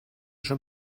schon